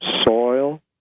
Soil